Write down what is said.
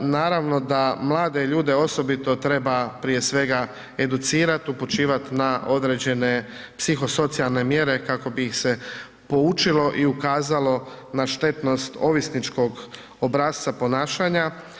Naravno da mlade ljude osobito treba prije svega educirat, upućivat na određene psihosocijalne mjere kako bi ih se poučilo i ukazalo na štetnost ovisničkog obrasca ponašanja.